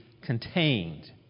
contained